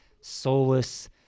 soulless